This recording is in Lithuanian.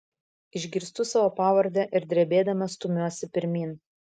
išgirstu savo pavardę ir drebėdama stumiuosi pirmyn